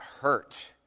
hurt